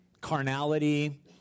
carnality